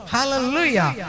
Hallelujah